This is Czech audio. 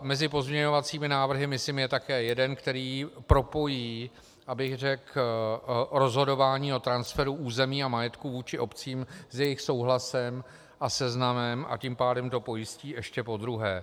Mezi pozměňovacími návrhy, myslím, je také jeden, který propojí, abych řekl, rozhodování o transferu území a majetku vůči obcím s jejich souhlasem a seznamem, a tím pádem to pojistí ještě podruhé.